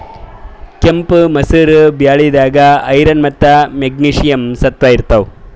ಕೆಂಪ್ ಮಸೂರ್ ಬ್ಯಾಳಿದಾಗ್ ಐರನ್ ಮತ್ತ್ ಮೆಗ್ನೀಷಿಯಂ ಸತ್ವ ಇರ್ತವ್